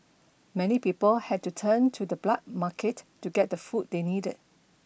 many people had to turn to the black market to get the food they needed